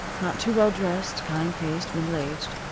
not too well dressed, kind-faced, middle-aged.